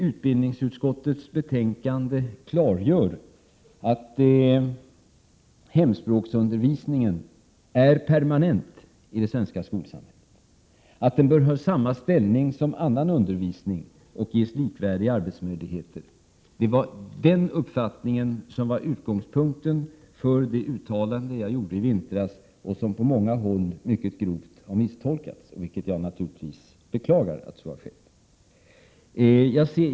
Utbildningsutskottets betänkande klargör att hemspråksundervisningen är permanent i det svenska skolsamhället, att den bör ha samma ställning som annan undervisning och ges likvärdiga arbetsmöjligheter. Det var den uppfattningen som var utgångspunkten för det uttalande jag gjorde i vintras, som på många håll mycket grovt har misstolkats, vilket jag naturligtvis beklagar.